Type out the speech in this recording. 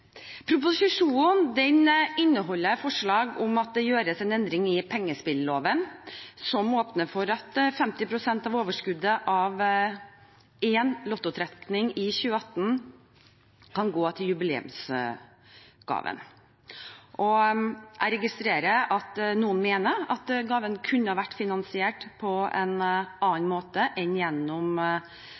Proposisjonen inneholder forslag om at det gjøres en endring i pengespilloven, som åpner for at 50 pst. av overskuddet av én lottotrekning i 2018 kan gå til jubileumsgaven. Jeg registrerer at noen mener at gaven kunne ha vært finansiert på en annen måte enn gjennom